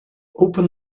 open